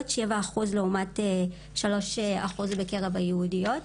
שבע אחוז לעומת שלוש אחוז בקרב היהודיות.